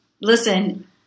Listen